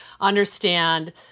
understand